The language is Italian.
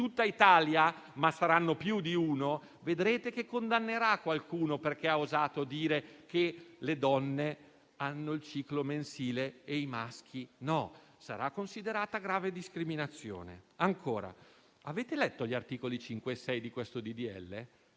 in Italia - ma saranno più di uno - condannerà qualcuno, perché ha osato dire che le donne hanno il ciclo mensile e i maschi no. Sarà considerata grave discriminazione. Ancora, avete letto gli articoli 5 e 6 di questo